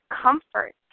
comfort